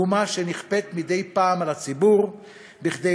מהומה שנכפית מדי פעם על הציבור כדי